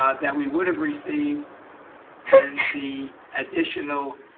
ah that we would have received in the additional